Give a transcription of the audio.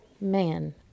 man